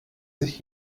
sich